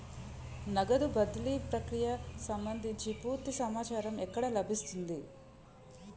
నగదు బదిలీ ప్రక్రియకు సంభందించి పూర్తి సమాచారం ఎక్కడ లభిస్తుంది?